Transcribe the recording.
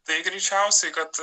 tai greičiausiai kad